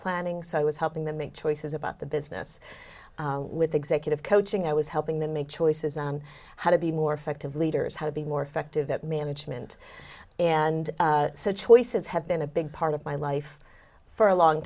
planning so i was helping them make choices about the business with executive coaching i was helping them make choices on how to be more effective leaders how to be more effective at management and choices have been a big part of my life for a long